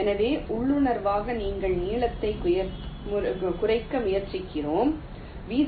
எனவே உள்ளுணர்வாக நாங்கள் நீளத்தைக் குறைக்க முயற்சிக்கிறோம் வி